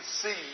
see